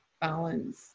balance